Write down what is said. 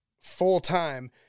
full-time